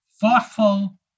thoughtful